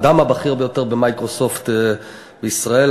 האדם הבכיר ביותר ב"מיקרוסופט" ישראל,